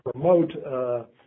promote